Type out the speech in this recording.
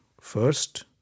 First